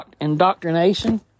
indoctrination